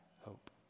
hope